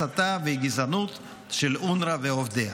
הסתה וגזענות של אונר"א ועובדיה.